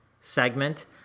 segment